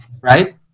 right